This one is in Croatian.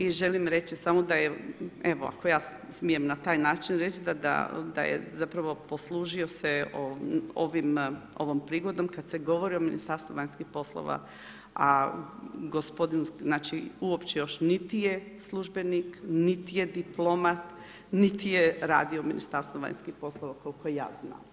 I želim reći samo da je, evo ako ja smijem na taj način reći da je zapravo poslužio se ovom prigodom kad se govori o Ministarstvu vanjskih poslova, a gospodin, znači uopće još niti je službenik, niti je diplomat, niti je radio u Ministarstvu vanjskih poslova koliko ja znam.